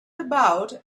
about